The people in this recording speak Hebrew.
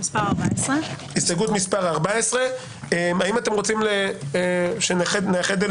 מספר 14. האם אתם רוצים שנאחד אליה